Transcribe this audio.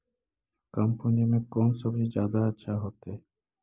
कम पूंजी में कौन सब्ज़ी जादा अच्छा होतई?